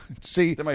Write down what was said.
See